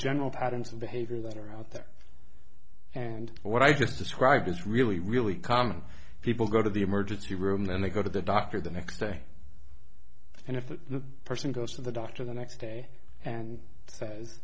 general patterns of behavior that are out there and what i just described is really really common people go to the emergency room and they go to the doctor the next day and if that person goes to the doctor the next day and sa